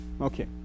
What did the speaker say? Okay